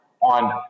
on